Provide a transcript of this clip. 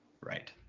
Right